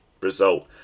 result